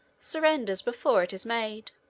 surrenders before it is made.